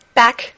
back